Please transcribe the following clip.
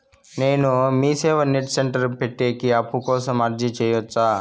నేను MeeSeva net centre పెట్టేకి అప్పు కోసం అర్జీ సేయొచ్చా?